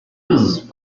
was